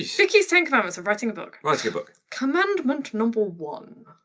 vicky's ten commandments of writing a book. writing a book. commandment number one.